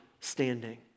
standing